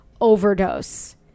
overdose